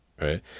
right